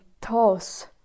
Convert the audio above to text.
toss